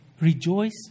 Rejoice